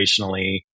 operationally